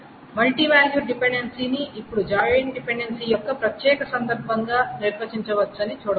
multi valued డిపెండెన్సీని ఇప్పుడు join dependency యొక్క ప్రత్యేక సందర్భంగా నిర్వచించవచ్చని చూడవచ్చు